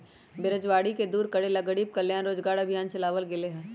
बेरोजगारी के दूर करे ला गरीब कल्याण रोजगार अभियान चलावल गेले है